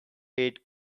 aid